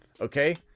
Okay